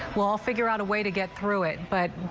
we'll we'll figure out a way to get through it, but,